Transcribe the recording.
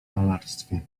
malarstwie